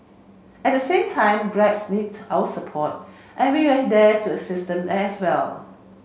at the same time Grabs needs our support and we are there to assist them as well